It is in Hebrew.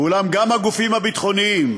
ואולם, גם הגופים הביטחוניים,